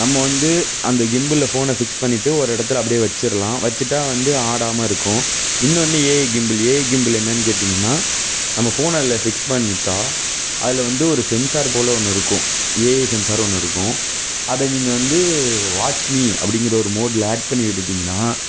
நம்ம வந்து அந்த கிம்பிலில் ஃபோனை பிக்ஸ் பண்ணிவிட்டு ஒரு இடத்துல அப்படியே வச்சிடலாம் வச்சுட்டா வந்து ஆடாமல் இருக்கும் இன்னொன்று ஏஐ கிம்பில் ஏஐ கிம்பில் என்னன்னு கேட்டீங்கன்னா நம்ம ஃபோனை அதில் பிக்ஸ் பண்ணிவிட்டா அதில் வந்து ஒரு சென்ஸார் போல் ஒன்று இருக்கும் ஏஐ சென்ஸார் ஒன்று இருக்கும் அதை நீங்கள் வந்து வாட்ச் மீ அப்படிங்குற ஒரு மோடில் அட் பண்ணி விட்டுட்டிங்கனா